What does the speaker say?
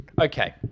Okay